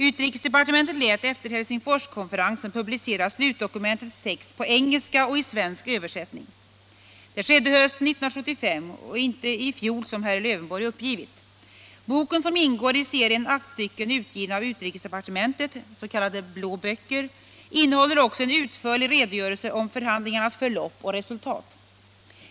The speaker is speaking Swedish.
Utrikesdepartementet lät efter Helsingforskonferensen publicera slutdokumentets text på engelska och i svensk översättning. Det skedde hösten 1975, inte i fjol som herr Lövenborg uppgivit. Boken, som ingår i serien aktstycken utgivna av utrikesdepartementet — s.k. blå böcker — innehåller också en utförlig redogörelse om förhandlingarnas förlopp och re sultat.